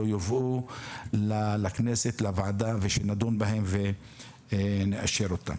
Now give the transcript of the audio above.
האלה יובאו לוועדה בכנסת ושנדון בהן ונאשר אותן.